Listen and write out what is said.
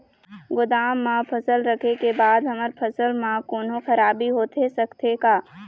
गोदाम मा फसल रखें के बाद हमर फसल मा कोन्हों खराबी होथे सकथे का?